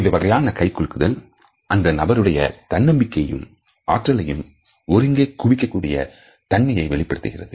இந்த வகையான கை குலுக்குதல் அந்த நபருடைய தன்னம்பிக்கையையும் ஆற்றல்களை ஒருங்கே குவிக்க கூடிய தன்மையை வெளிப்படுத்துகிறது